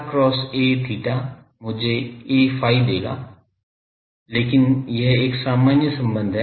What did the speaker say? तो ar cross aθ मुझे a phi देगा लेकिन यह एक सामान्य संबंध है